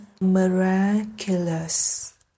miraculous